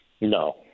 No